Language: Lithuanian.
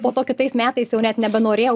po to kitais metais jau net nebenorėjau